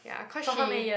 ya cause she